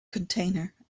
container